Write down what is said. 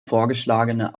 vorgeschlagene